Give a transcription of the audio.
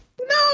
No